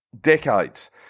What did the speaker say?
decades